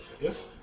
Yes